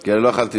כי לא יכולתי,